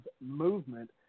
movement